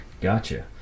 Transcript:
gotcha